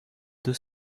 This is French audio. deux